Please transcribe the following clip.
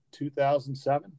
2007